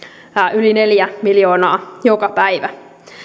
yli neljä miljoonaa joka päivä